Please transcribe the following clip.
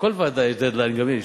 לכל ועדה יש "דד-ליין", גמיש,